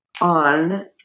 on